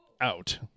out